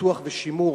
פיתוח ושימור,